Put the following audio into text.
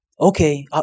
Okay